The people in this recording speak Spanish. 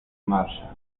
marshall